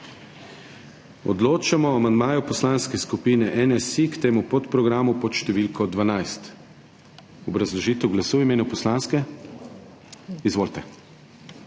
Odločamo o amandmaju Poslanske skupine NSi k temu podprogramu pod številko 12. Obrazložitev glasu v imenu poslanske? Izvolite.